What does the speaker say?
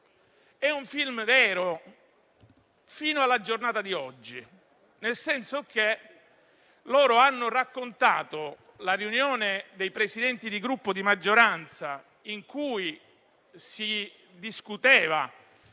è un film vero fino alla giornata di oggi, nel senso che hanno raccontato la riunione dei Presidenti di Gruppo di maggioranza, in cui si discuteva